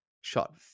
shot